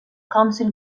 council